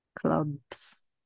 clubs